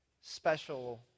special